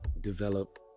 develop